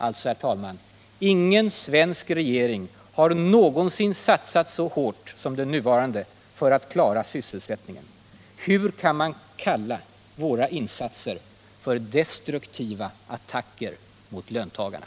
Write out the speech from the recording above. Alltså: Ingen svensk regering har någonsin satsat så hårt som den nuvarande för att klara sysselsättningen. Hur kan man kalla våra insatser för ”destruktiva attacker mot löntagarna”?